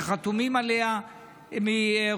שחתומים עליה מרוב